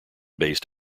based